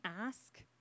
ask